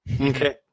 Okay